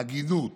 הגינות